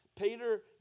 Peter